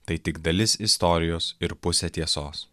tai tik dalis istorijos ir pusė tiesos